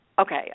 okay